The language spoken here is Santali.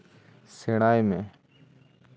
ᱥᱮᱬᱟᱭ ᱢᱮ